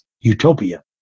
utopia